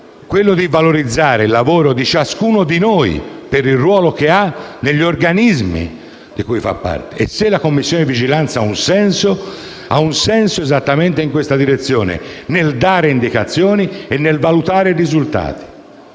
quello di valorizzare il lavoro di ciascuno di noi, per il ruolo che ha, negli organismi di cui fa parte e se la Commissione parlamentare di vigilanza ha un senso, lo ha esattamente in questa direzione: nel dare indicazioni e valutare i risultati.